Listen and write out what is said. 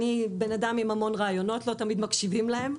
אני אדם עם המון רעיונות, לא תמיד מקשיבים להם.